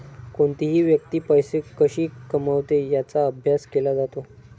कोणतीही व्यक्ती पैसे कशी कमवते याचा अभ्यास केला जातो